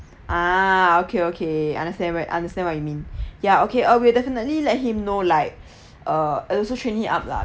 ah okay okay understand where understand what you mean ya okay uh we will definitely let him know like uh and also train him up lah